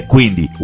Quindi